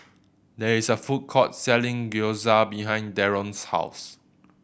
there is a food court selling Gyoza behind Daron's house